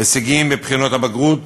בבחינות הבגרות,